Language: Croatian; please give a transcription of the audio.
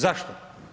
Zašto?